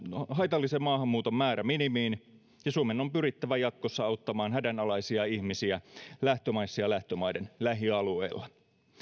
haitallisen maahanmuuton määrä minimiin ja suomen on pyrittävä jatkossa auttamaan hädänalaisia ihmisiä lähtömaissa ja lähtömaiden lähialueilla